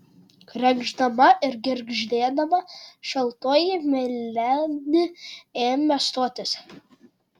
krenkšdama ir girgždėdama šaltoji miledi ėmė stotis